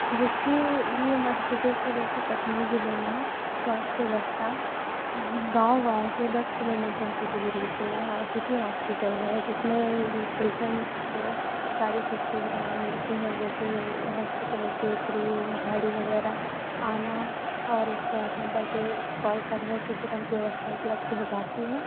जिसके लिए मध्य प्रदेश के जैसे कटनी ज़िले में स्वास्थ्य व्यवस्था गाँव गाँव से दस किलोमीटर की दूरी पर हो सिटी हॉस्पिटल है जिसमें ल पेसेंट्स को सारी सुख सुविधाएँ मिलती हैं जैसे हॉस्पिटल के थ्रू गाड़ी वग़ैरह आना और एक सौ आठ नंबर पर कॉल करने से तुरंत व्यवस्था उपलब्ध हो जाती है